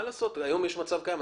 מה לעשות, היום יש מצב קיים.